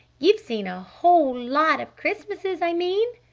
you've seen a whole lot of christmasses, i mean?